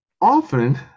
often